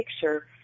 picture